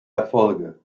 erfolge